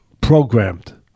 programmed